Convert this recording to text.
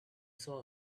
saw